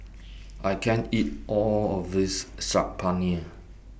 I can't eat All of This Saag Paneer